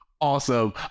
awesome